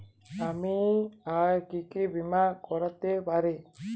আমি আর কি বীমা করাতে পারি?